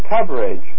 coverage